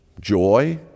joy